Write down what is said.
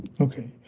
okay